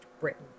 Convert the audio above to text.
Britain